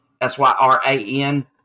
S-Y-R-A-N